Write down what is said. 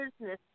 business